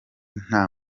nta